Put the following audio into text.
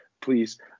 please